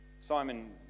Simon